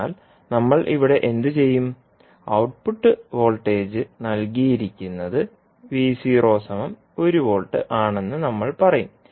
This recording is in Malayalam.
അതിനാൽ നമ്മൾ ഇവിടെ എന്തുചെയ്യും ഔട്ട്പുട്ട് വോൾട്ടേജ് നൽകിയിരിക്കുന്നത് ആണെന്ന് നമ്മൾ പറയും